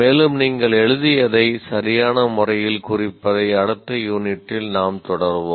மேலும் நீங்கள் எழுதியதை சரியான முறையில் குறிப்பதை அடுத்த யூனிட்டில் நாம் தொடருவோம்